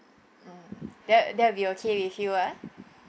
mm that that will be okay with you ah